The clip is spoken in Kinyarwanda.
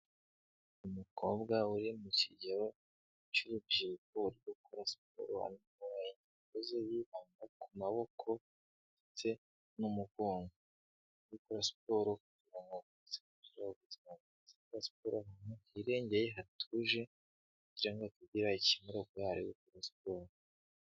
Umukobwa uri mu kigero cy'urubyipokora